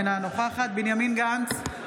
אינה נוכחת בנימין גנץ,